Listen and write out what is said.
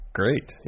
great